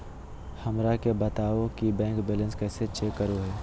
हमरा के बताओ कि बैंक बैलेंस कैसे चेक करो है?